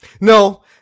No